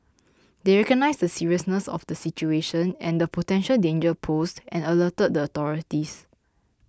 they recognised the seriousness of the situation and the potential danger posed and alerted the authorities